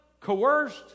coerced